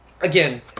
Again